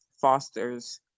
fosters